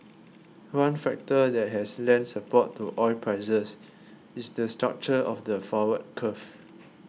one factor that has lent support to oil prices is the structure of the forward curve